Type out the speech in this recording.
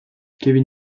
kevin